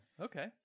okay